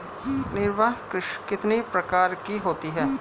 निर्वाह कृषि कितने प्रकार की होती हैं?